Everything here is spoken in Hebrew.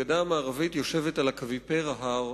הגדה המערבית יושבת על אקוויפר ההר,